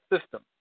system